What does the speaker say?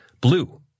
blue